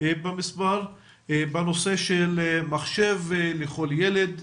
במספר בנושא של מחשב לכל ילד,